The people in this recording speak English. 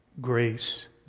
Grace